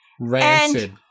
rancid